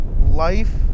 life